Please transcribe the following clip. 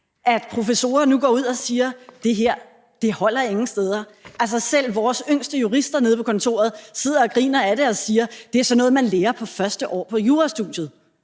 at professorer nu går ud og siger: Det her holder ingen steder. Altså, selv vores yngste jurister nede på kontoret sidder og griner ad det og siger: Det er sådan noget, man lærer det første år på jurastudiet.